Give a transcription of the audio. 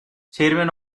chairman